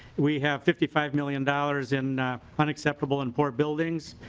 we have fifty five million dollars in unacceptable and poor buildings.